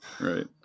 right